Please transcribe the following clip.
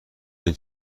این